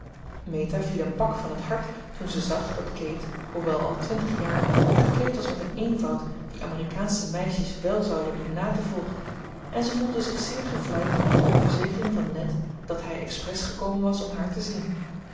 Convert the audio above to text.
viel een pak van het hart toen ze zag dat kate hoewel al twintig jaar gekleed was met een eenvoud die amerikaansche meisjes wél zouden doen na te volgen en ze voelde zich zeer gevleid door de verzekering van ned dat hij expres gekomen was om haar te zien